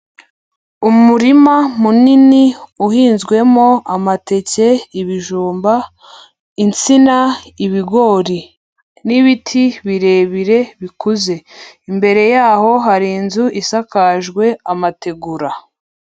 Umurima munini uhinzwemo amateke, ibijumba, insina, ibigori n'ibiti birebire bikuze, imbere yaho hari inzu isakajwe amategura.